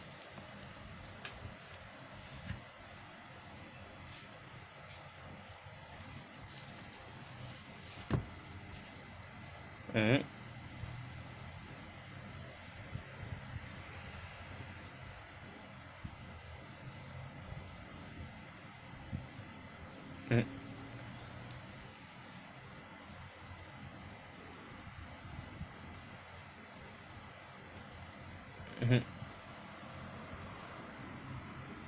mmhmm mmhmm mmhmm